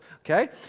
Okay